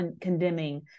condemning